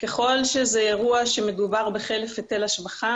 ככל שמדובר בחלף היטל השבחה,